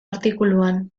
artikuluan